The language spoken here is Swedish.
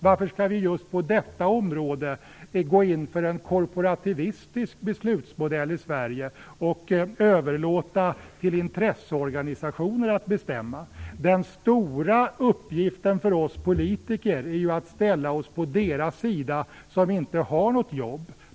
Varför skall vi just på detta område gå in för en korporativistisk beslutsmodell i Sverige och överlåta till intresseorganisationer att bestämma? Den stora uppgiften för oss politiker är ju att ställa oss på deras sida som inte har något jobb.